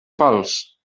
falç